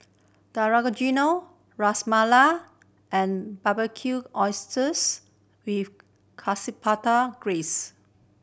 Dangojiru Ras Malai and Barbecued Oysters with Chipotle Glaze